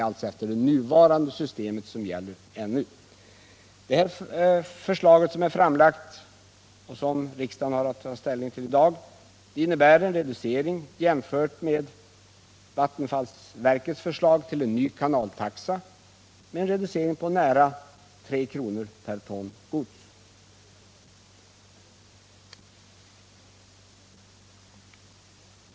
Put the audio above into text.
Det nu framlagda förslaget, som riksdagen har att ta ställning till i dag, innebär en re = Nr 53 ducering jämfört med vattenfallsverkets förslag till ny kanaltaxa med nära 3 kr./ton gods.